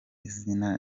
izina